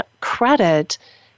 credit